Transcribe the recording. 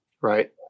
Right